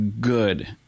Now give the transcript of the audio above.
good